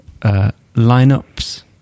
lineups